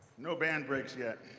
no band breaks yet.